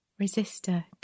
Resistor